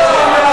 במצרים.